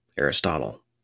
Aristotle